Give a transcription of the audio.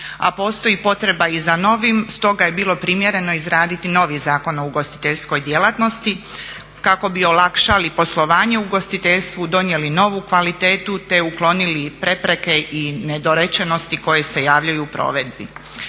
a postoji potreba i za novim stoga je bilo primjereno izraditi novi Zakon o ugostiteljskoj djelatnosti kako bi olakšali poslovanje u ugostiteljstvu, donijeli novu kvalitetu te uklonili prepreke i nedorečenosti koje se javljaju u provedbi.